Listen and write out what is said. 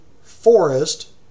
forest